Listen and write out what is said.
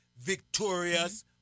Victorious